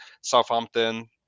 Southampton